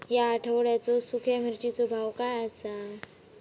या आठवड्याचो सुख्या मिर्चीचो भाव काय आसा?